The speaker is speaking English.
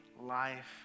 life